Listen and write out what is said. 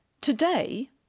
Today